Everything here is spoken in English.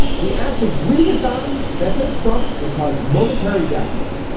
the act of reading a sign that says trump it caused momentary deafness.